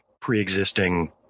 pre-existing